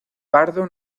pardo